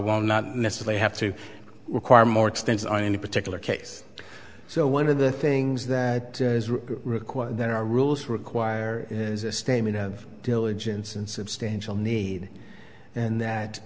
will not necessarily have to require more extensive on any particular case so one of the things that require then are rules require is a statement of diligence and substantial need and that